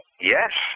Yes